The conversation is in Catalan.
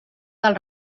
del